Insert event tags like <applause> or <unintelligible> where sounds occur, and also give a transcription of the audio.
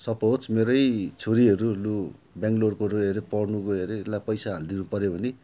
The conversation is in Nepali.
सपोज मेरै छोरीहरू लु ब्याङ्लोर <unintelligible> हरे पढ्नु गए हरे ला पैसा हालिदिनु पऱ्यो भने